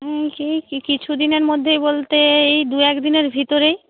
সে কিছু দিনের মধ্যেই বলতে এই দু এক দিনের ভিতরেই